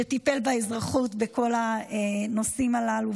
שטיפל באזרחות בכל הנושאים הללו,